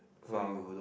!wow!